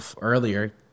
earlier